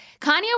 Kanye